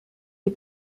les